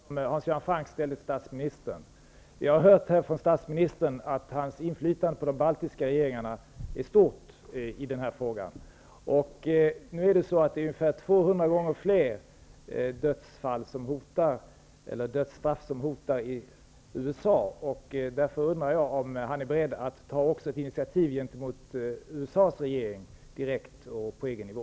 Fru talman! Jag vill gärna haka på den fråga som Hans Göran Franck ställde till statsministern. Jag har hört från statsministern att hans inflytande på de baltiska regeringarna är stort i denna fråga. Men det är ungefär 200 gånger fler dödsstraff som hotar i USA. Därför undrar jag om statsministern är beredd att ta ett initiativ även gentemot USA:s regering direkt och på EG-nivå.